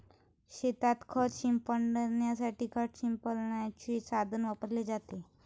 शेतात खत शिंपडण्यासाठी खत शिंपडण्याचे साधन वापरले जाते